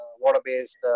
water-based